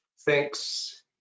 thanks